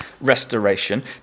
restoration